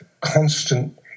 constant